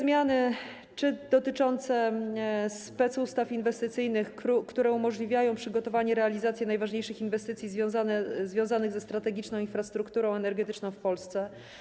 Zmiany dotyczące specustaw inwestycyjnych, które umożliwiają przygotowanie, realizację najważniejszych inwestycji związanych ze strategiczną infrastrukturą energetyczną w Polsce.